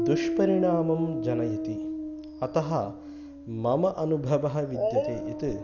दुष्परिणामं जनयति अतः मम अनुभवः विद्यते यत्